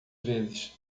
vezes